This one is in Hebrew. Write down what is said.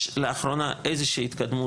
יש לאחרונה איזו שהיא התקדמות,